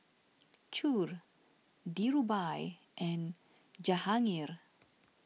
Choor Dhirubhai and Jahangir